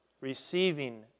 receiving